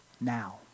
now